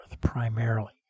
primarily